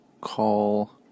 Call